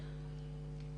כן.